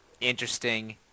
interesting